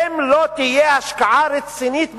ואם לא תהיה השקעה רצינית בחינוך,